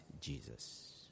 Jesus